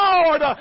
Lord